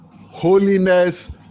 holiness